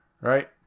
right